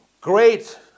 great